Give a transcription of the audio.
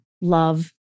love